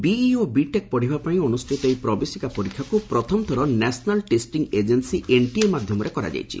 BE ଓ B tech ପଢ଼ିବା ପାଇଁ ଅନୁଷ୍ଠିତ ଏହି ପ୍ରବେଶିକା ପରୀକ୍ଷାକୁ ପ୍ରଥମଥର ନ୍ୟାସନାଲ୍ ଟେଷ୍ଟିଙ୍ଗ୍ ଏଜେନ୍ନୀ ଏନ୍ଟିଏ ମାଧ୍ୟମରେ କରାଯାଇଛି